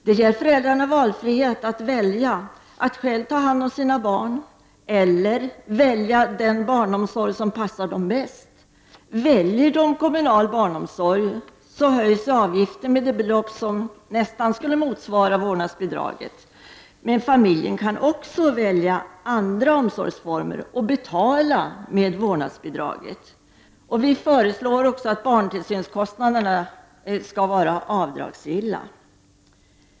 Det ger föräldrarna valfrihet att själva välja att ta hand om sina barn eller välja den barnomsorg som passar dem bäst. Väljer de kommunal barnomsorg, höjs avgiften med det belopp som nästan motsvarar vårdnadsbidraget. Familjen kan också välja en annan omsorgsform och betala med vårdnadsbidraget. Vi föreslår också att barntillsynskostnaderna skall vara avdragsgilla.